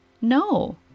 No